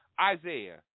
Isaiah